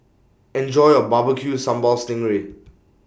Enjoy your Barbecue Sambal Sting Ray